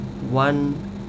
one